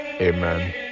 Amen